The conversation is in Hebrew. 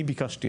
אני ביקשתי,